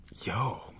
yo